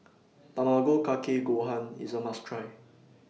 Tamago Kake Gohan IS A must Try